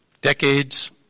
decades